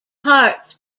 hearts